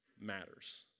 matters